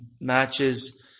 matches